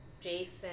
Jason